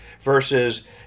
versus